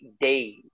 days